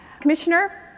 Commissioner